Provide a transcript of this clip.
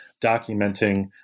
documenting